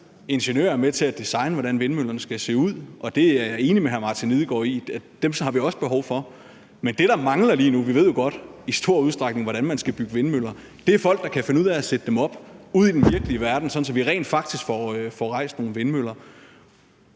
Ingeniører er med til at designe, hvordan vindmøllerne skal se ud, og jeg er enig med hr. Martin Lidegaard i, at vi også har behov for dem. Men det, der mangler lige nu – vi ved jo i stor udstrækning godt, hvordan man bygger vindmøller – er folk, der kan finde ud af at sætte dem op ude i den virkelige verden, så vi rent faktisk får rejst nogle vindmøller.